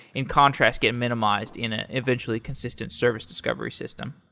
in contrast, get minimized in an eventually consistent service discovery system?